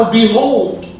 behold